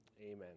amen